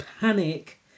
panic